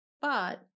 But-